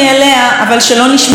מהי מדינת ישראל?